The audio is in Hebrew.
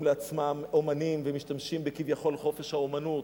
לעצמם אמנים ומשתמשים כביכול בחופש האמנות,